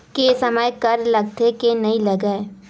के समय कर लगथे के नइ लगय?